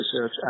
research